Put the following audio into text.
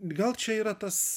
gal čia yra tas